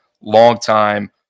longtime